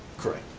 correct.